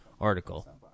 article